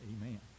Amen